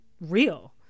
real